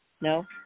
No